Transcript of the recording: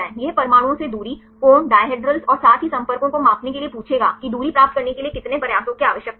यह परमाणुओं से दूरी कोण डायहेद्रल्स और साथ ही संपर्कों को मापने के लिए पूछेगा कि दूरी प्राप्त करने के लिए कितने प्रयासों की आवश्यकता है